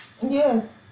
Yes